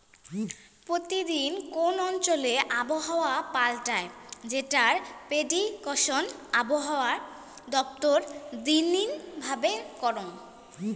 প্রতি দিন কোন অঞ্চলে আবহাওয়া পাল্টায় যেটার প্রেডিকশন আবহাওয়া দপ্তর দিননি ভাবে করঙ